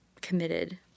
committed